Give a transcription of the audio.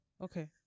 Okay